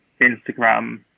Instagram